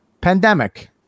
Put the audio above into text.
Pandemic